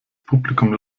publikum